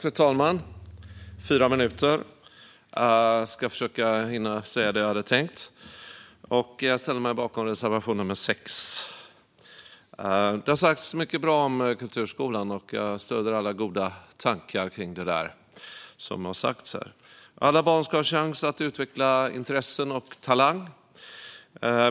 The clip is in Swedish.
Fru talman! Jag ska försöka att säga det jag hade tänkt på fyra minuter. Jag yrkar bifall till reservation 6. Det har sagts mycket bra om kulturskolan, och jag stöder alla goda tankar kring det som sagts. Alla barn ska ha chans att utveckla intressen och talang,